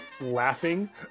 laughing